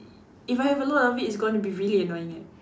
if I have a lot of it it's gonna be really annoying eh